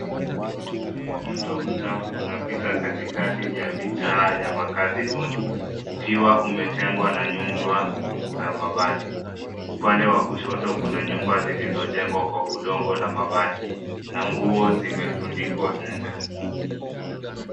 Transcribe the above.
Mto mchafu unapita katikati ya mitaa ya makazi duni, ukiwa umetengwa na nyumba za mabati. Upande wa kushoto kuna nyumba zilizojengwa kwa udongo na mabati na nguo zimetundukwa nje.